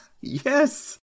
Yes